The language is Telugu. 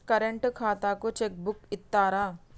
కరెంట్ ఖాతాకు చెక్ బుక్కు ఇత్తరా?